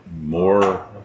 more